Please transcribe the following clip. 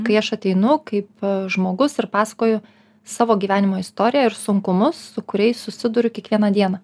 kai aš ateinu kaip žmogus ir pasakoju savo gyvenimo istoriją ir sunkumus su kuriais susiduriu kiekvieną dieną